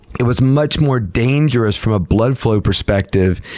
it was much more dangerous, from a blood flow perspective,